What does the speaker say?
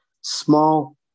small